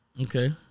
Okay